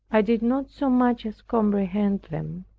i did not so much as comprehend them.